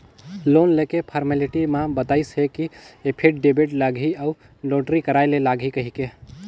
loan लेके formality म बताइस हे कि एफीडेबिड लागही अउ नोटरी कराय ले लागही कहिके